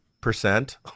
percent